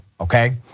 okay